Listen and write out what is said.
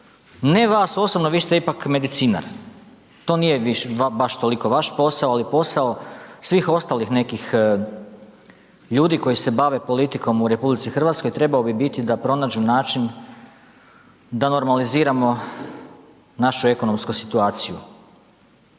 ne vas osobno, vi ste ipak medicinar, to nije baš toliko vaš posao, ali posao svih ostalih nekih ljudi koji se bave politikom u RH trebao bi biti da pronađu način da normaliziramo našu ekonomsku situaciju.